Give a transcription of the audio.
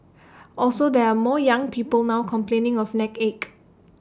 also there are more young people now complaining of neck ache